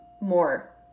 more